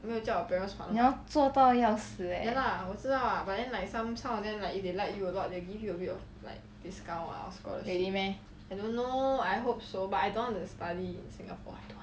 你要做到要死 eh really meh